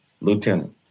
lieutenant